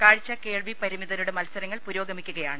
കാഴ്ച കേൾവി പരിമിതരുടെ മത്സരങ്ങൾ പുരോഗമിക്കുകയാണ്